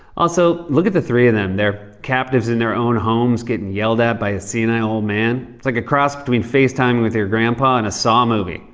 also, look at the three of them. they're captives in their own homes, getting yelled at by a senile old man. it's like a cross between facetime with your grandpa and a saw movie.